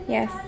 Yes